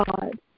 God